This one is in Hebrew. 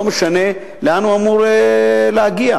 לא משנה לאן הוא אמור להגיע.